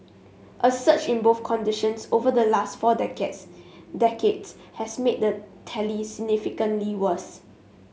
a surge in both conditions over the last four decades decades has made the tally significantly worse